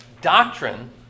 doctrine